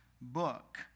book